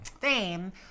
fame